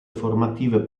formative